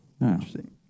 Interesting